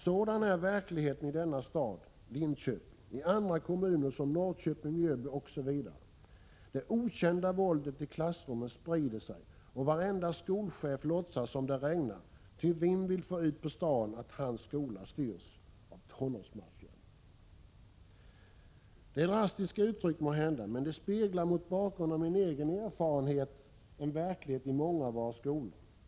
Sådan är verkligheten i denna stad Linköping, i andra kommuner som Norrköping, Mjölby osv — det okända våldet i klassrummen sprider sig och varenda skolchef låtsas som om det regnar ty vem vill få ut på stan att hans skola styrs av tonårsmaffian.” Det är drastiska uttryck måhända, men de speglar — det är min egen erfarenhet — en verklighet i många av våra skolor.